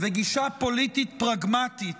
וגישה פוליטית פרגמטית